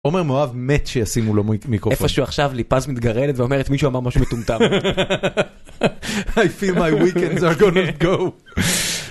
עומר מואב מת שישימו לו מיקרופון. איפה שהוא עכשיו ליפז מתגרדת ואומרת מישהו אמר משהו מטומטם. I feel my weekends are gonna go.